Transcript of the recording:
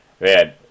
man